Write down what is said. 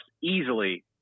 easily